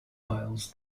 piles